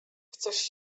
chcesz